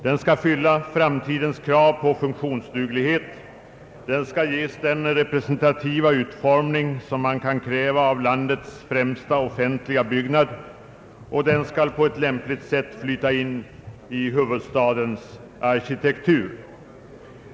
Den skall fylla framtidens krav på funktionsduglighet, ges den representativa utformning som man kan kräva av landets främsta offentliga byggnad och på ett lämpligt sätt flyta in i huvudstadens arkitektur.